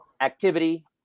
activity